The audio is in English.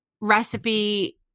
recipe